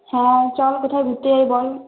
হ্যাঁ চল কোথায় ঘুরতে যাবি বল